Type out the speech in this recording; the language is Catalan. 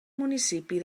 municipi